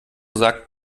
sagt